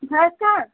भैंस का